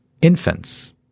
infants